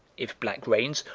if black rains,